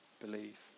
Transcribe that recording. believe